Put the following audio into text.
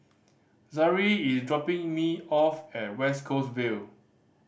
Zaire is dropping me off at West Coast Vale